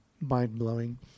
mind-blowing